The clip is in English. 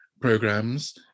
programs